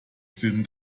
film